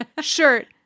shirt